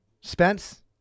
Spence